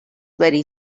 very